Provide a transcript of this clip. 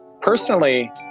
Personally